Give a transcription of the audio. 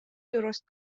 درست